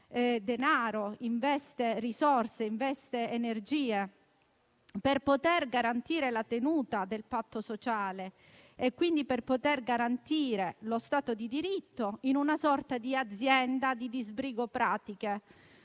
denaro, risorse ed energie per poter garantire la tenuta del patto sociale e lo stato di diritto in una sorta di azienda di disbrigo pratiche.